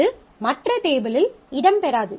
அது மற்ற டேபிளில் இடம்பெறாது